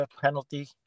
penalty